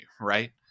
Right